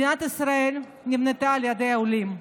מדינת ישראל נבנתה על ידי העולים.